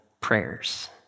prayers